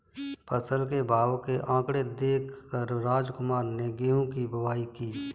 फसल के भाव के आंकड़े देख कर रामकुमार ने गेहूं की बुवाई की